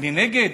אני נגד,